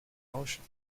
motion